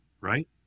Right